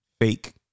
fake